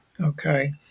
Okay